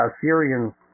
Syrian